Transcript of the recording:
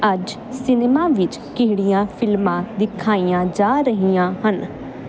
ਅੱਜ ਸਿਨੇਮਾ ਵਿੱਚ ਕਿਹੜੀਆਂ ਫਿਲਮਾਂ ਦਿਖਾਈਆਂ ਜਾ ਰਹੀਆਂ ਹਨ